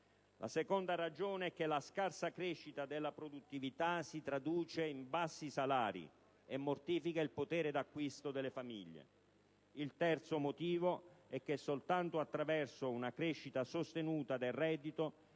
La seconda ragione è che la scarsa crescita della produttività si traduce in bassi salari e mortifica il potere d'acquisto delle famiglie. Il terzo motivo è che soltanto attraverso una crescita sostenuta del reddito